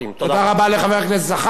תודה רבה לחבר הכנסת זחאלקה.